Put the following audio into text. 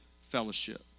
fellowship